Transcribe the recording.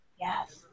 Yes